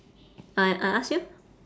I I ask you